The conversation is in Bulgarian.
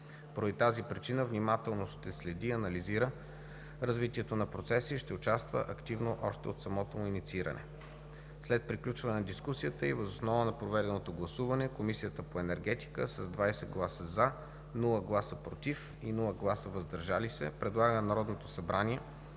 Поради тази причина внимателно ще следи и анализира развитието на процеса и ще участва активно още от самото му иницииране. След приключване на дискусията и въз основа на проведеното гласуване Комисията по енергетика с 20 гласа „за“, без гласове „против“ и „въздържал се“ предлага на Народното събрание